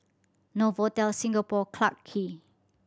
Novotel Singapore Clarke Quay